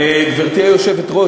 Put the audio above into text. גברתי היושבת-ראש,